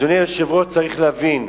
אדוני היושב-ראש, צריך להבין,